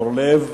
חבר הכנסת אורלב,